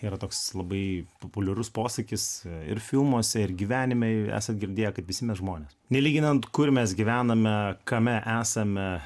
yra toks labai populiarus posakis ir filmuose ir gyvenime jūs esat girdėję kad visi mes žmones nelyginant kur mes gyvename kame esame